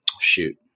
shoot